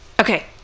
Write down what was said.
Okay